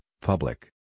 public